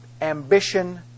ambition